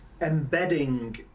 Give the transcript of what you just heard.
embedding